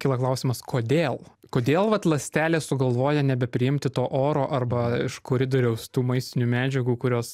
kyla klausimas kodėl kodėl vat ląstelė sugalvoja nebepriimti to oro arba iš koridoriaus tų maistinių medžiagų kurios